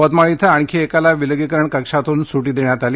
यवतमाळ इथं आणखी एकाला विलगीकरण कक्षातून सूटी देण्यात आली